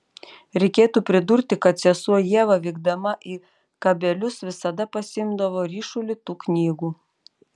reikėtų pridurti kad sesuo ieva vykdama į kabelius visada pasiimdavo ryšulį tų knygų